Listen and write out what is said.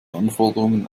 anforderungen